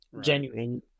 genuine